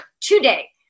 today